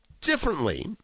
differently